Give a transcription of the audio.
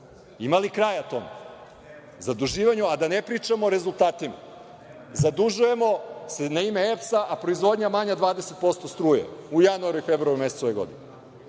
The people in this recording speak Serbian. Ima li kraja tom zaduživanju, a da ne pričamo o rezultatima? Zadužujemo se na ime EPS, a proizvodnja struje manja 20% u januaru i februaru mesecu ove godine.